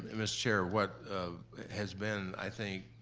and mr. chair, what has been, i think,